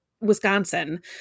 Wisconsin